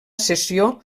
cessió